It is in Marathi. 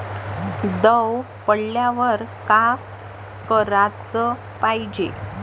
दव पडल्यावर का कराच पायजे?